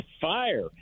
fire